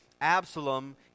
Absalom